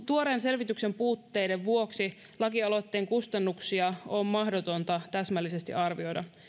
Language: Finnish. tuoreen selvityksen puutteen vuoksi lakialoitteen kustannuksia on mahdotonta täsmällisesti arvioida